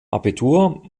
abitur